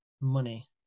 money